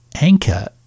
anchor